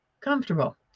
comfortable